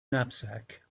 knapsack